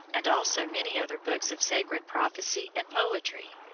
and also many other books of sacred prophecy and poetry.